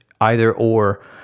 either-or